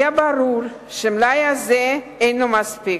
היה ברור שהמלאי הזה אינו מספיק.